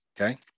okay